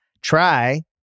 Try